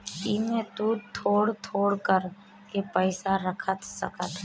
एमे तु थोड़ थोड़ कर के पैसा रख सकत हवअ